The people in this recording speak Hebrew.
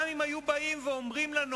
גם אם היו באים ואומרים לנו,